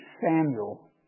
Samuel